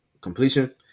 completion